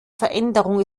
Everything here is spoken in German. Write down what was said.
veränderung